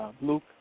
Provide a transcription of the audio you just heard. Luke